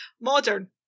Modern